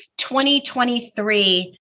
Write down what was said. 2023